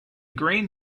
green